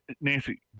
Nancy